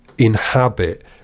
inhabit